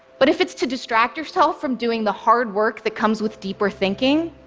but if it's to distract yourself from doing the hard work that comes with deeper thinking,